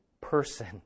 person